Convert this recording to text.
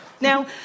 Now